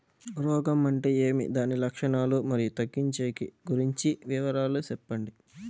రోగం అంటే ఏమి దాని లక్షణాలు, మరియు తగ్గించేకి గురించి వివరాలు సెప్పండి?